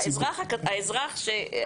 האזרח ששילם לא מקבל.